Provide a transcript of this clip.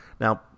Now